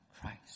Christ